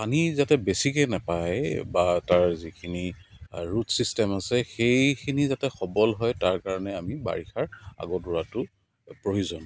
পানী যাতে বেছিকৈ নাপায় বা তাৰ যিখিনি ৰুট ছিষ্টেম আছে সেইখিনি যাতে সৱল হয় তাৰ কাৰণে আমি বাৰিষাৰ আগত ৰোৱাতো প্ৰয়োজন